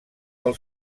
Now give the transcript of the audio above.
del